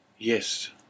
Yes